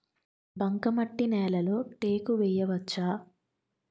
బంకమట్టి నేలలో టేకు వేయవచ్చా?